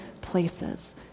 places